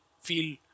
feel